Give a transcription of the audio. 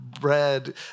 Bread